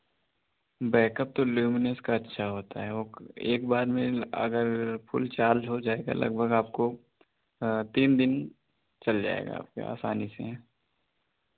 backup तो Luminous का अच्छा होता हे वो एक बार में अगर फुल चार्ज हो जाएगा लगभग आपको तीन दिन चल जाएगा आपके आसानी से